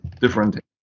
different